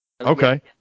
Okay